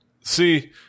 see